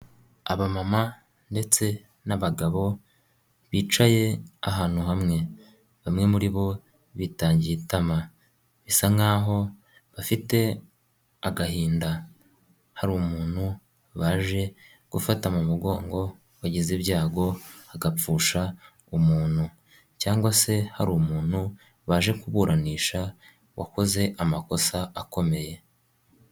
Aba mama ndetse n'abagabo bicaye ahantu hamwe, bamwe muri bo bitangiye itama. Bisa nkaho bafite agahinda, hari umuntu baje gufata mu mugongo, wagize ibyagogapfusha umuntu cyangwa se hari umuntu baje kuburanisha, wakoze amakosa akomeye.